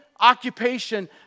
occupation